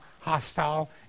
hostile